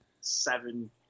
seven